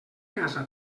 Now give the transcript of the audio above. casa